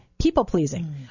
people-pleasing